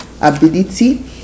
ability